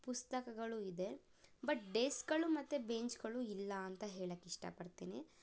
ಪುಸ್ತಕಗಳೂ ಇದೆ ಬಟ್ ಡೆಸ್ಕ್ಗಳು ಮತ್ತು ಬೇಂಚ್ಗಳು ಇಲ್ಲ ಅಂತ ಹೇಳಕ್ಕೆ ಇಷ್ಟಪಡ್ತೀನಿ